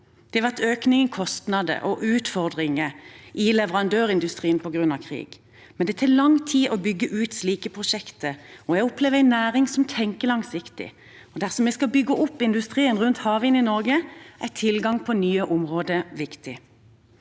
Det har vært en økning i kostnader og utfordringer i leverandørindustrien på grunn av krig, men det tar lang tid å bygge ut slike prosjekter, og jeg opplever en næring som tenker langsiktig. Dersom vi skal bygge opp industrien rundt havvind i Norge, er tilgang på nye områder viktig.